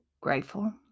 grateful